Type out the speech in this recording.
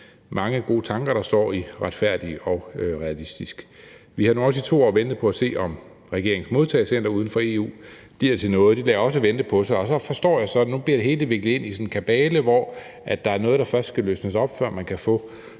mange gode tanker, der står i »Retfærdig og Realistisk«. Vi har nu også i 2 år ventet på at se, om regeringens modtagecenter uden for EU bliver til noget. Det lader også vente på sig. Og nu forstår jeg så, at det hele bliver viklet ind i sådan en kabale, hvor der er noget, der først skal løsnes op, før man i